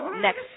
next